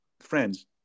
friends